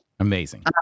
amazing